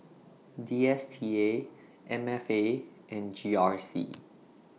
D S T A M F A and G R C